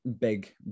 big